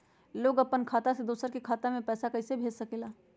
लोग अपन खाता से दोसर के खाता में पैसा कइसे भेज सकेला?